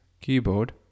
keyboard